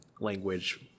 language